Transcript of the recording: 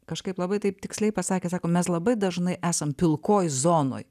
kažkaip labai taip tiksliai pasakė sako mes labai dažnai esam pilkoj zonoj